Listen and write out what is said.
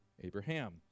Abraham